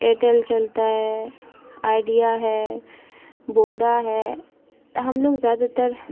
ایرٹل چلتا ہے آئیڈیا ہے ووڈا ہے ہم لوگ زیادہ تر